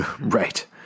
Right